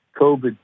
COVID